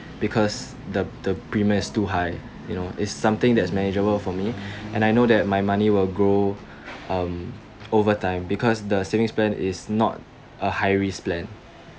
because the the premium is too high you know is something that's manageable for me and I know that my money will grow um over time because the saving plan is not a high risk plan